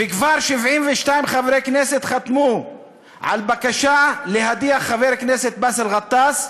וכבר 72 חברי כנסת חתמו על בקשה להדיח את חבר הכנסת באסל גטאס,